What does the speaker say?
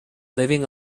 living